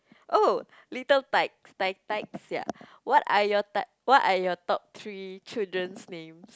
oh little tykes tyke tyke sia what are your t~ what are your top three children's names